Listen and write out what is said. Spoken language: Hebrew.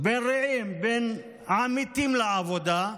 בין רעים, בין עמיתים לעבודה,